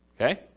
Okay